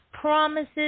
promises